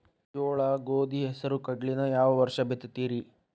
ಜೋಳ, ಗೋಧಿ, ಹೆಸರು, ಕಡ್ಲಿನ ಯಾವ ವರ್ಷ ಬಿತ್ತತಿರಿ?